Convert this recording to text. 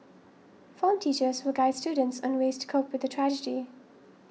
form teachers will guide students on ways to cope with the tragedy